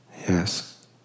Yes